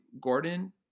Gordon